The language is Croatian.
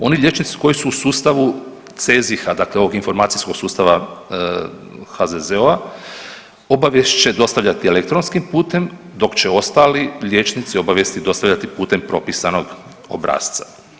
Oni liječnici koji su u sustavu CEZIH-a, dakle ovog informacijskog sustava HZZO-a obavijest će dostavljati elektronskim putem dok će ostali liječnici obavijesti dostavljati putem propisanog obrasca.